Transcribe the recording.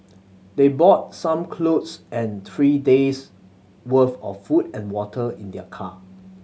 they brought some clothes and three days' worth of food and water in their car